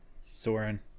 Soren